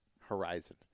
horizon